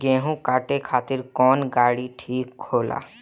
गेहूं काटे खातिर कौन गाड़ी ठीक होला?